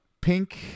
pink